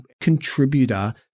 contributor